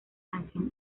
canción